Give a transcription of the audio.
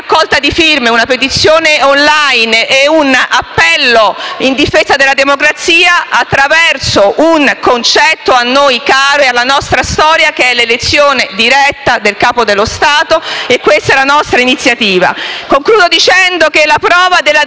raccolta di firme, una petizione *online* e un appello in difesa della democrazia attraverso un concetto a caro a noi e alla nostra storia, che è l'elezione diretta del Capo dello Stato. Questa è la nostra iniziativa. Concludo dicendo che la prova della